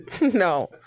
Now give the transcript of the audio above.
no